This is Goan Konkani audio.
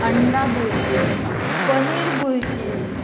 अंडा भुर्जी पनीर भुर्जी